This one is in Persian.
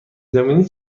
زمینی